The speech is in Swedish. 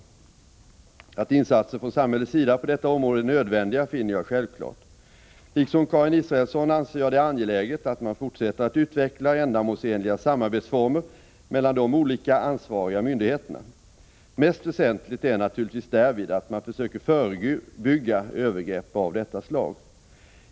;,: OAK ä Måndagen den Att insatser från samhällets sida på detta område är nödvändiga finner jag 11 mars 1985 självklart. Liksom Karin Israelsson anser jag det angeläget att man fortsätter att Utveckla ändamäålsenliga samarbetsformer: mellan de olika Ava Om påföljden för myndigheterna. Mest väsentligt är naturligtvis därvid att man försöker 2 ä i RA sexuella övergrepp förebygga övergrepp av detta slag.